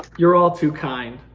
you're all too kind,